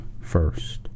first